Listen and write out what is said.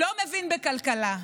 לא מבין בכלכלה.